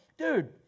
dude